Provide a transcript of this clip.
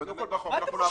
אי-אפשר.